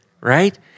right